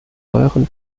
neueren